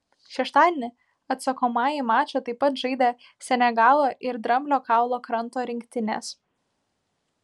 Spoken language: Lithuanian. šeštadienį atsakomąjį mačą taip pat žaidė senegalo ir dramblio kaulo kranto rinktinės